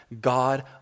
God